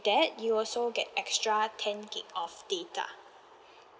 that you also get extra ten gigabyte of data